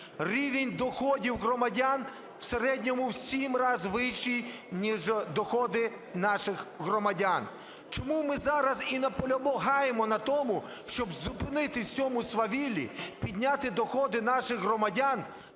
Рівень доходів громадян в середньому в 7 раз вищий, ніж доходи наших громадян. Чому ми зараз і наполягаємо на тому, щоб зупинитись в цьому свавіллі, підняти доходи наших громадян,